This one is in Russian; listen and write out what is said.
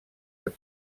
этот